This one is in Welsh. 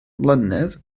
mlynedd